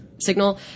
signal